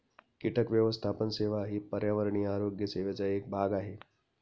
कीटक व्यवस्थापन सेवा ही पर्यावरणीय आरोग्य सेवेचा एक भाग आहे